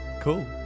Cool